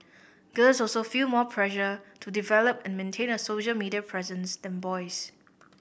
girls also feel more pressure to develop and maintain a social media presence than boys